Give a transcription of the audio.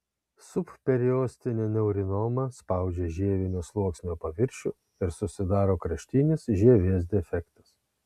subperiostinė neurinoma spaudžia žievinio sluoksnio paviršių ir susidaro kraštinis žievės defektas